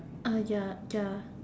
ah ya ya